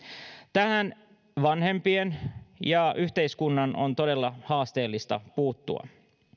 tähän vanhempien ja yhteiskunnan on todella haasteellista puuttua